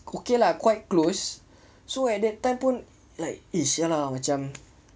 okay lah quite close so at that time pun like eh !siala! macam